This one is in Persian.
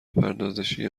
پردازشی